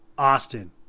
Austin